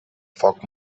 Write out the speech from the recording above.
foc